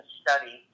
study